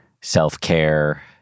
self-care